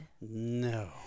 No